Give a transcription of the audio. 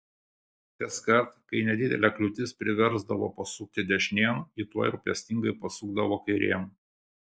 kaskart kai nedidelė kliūtis priversdavo pasukti dešinėn ji tuoj rūpestingai pasukdavo kairėn